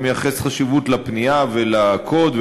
אני מייחס חשיבות לפנייה ולקוד,